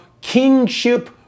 kingship